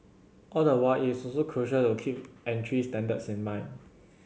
all the while it is also crucial to keep entry standards in mind